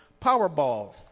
Powerball